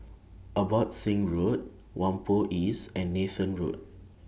Abbotsingh Road Whampoa East and Nathan Road